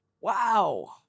Wow